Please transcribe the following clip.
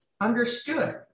Understood